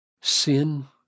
Sin